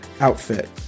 outfit